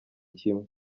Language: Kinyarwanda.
kimwe